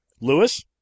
Lewis